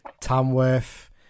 Tamworth